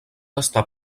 estar